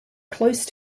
close